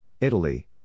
Italy